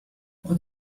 what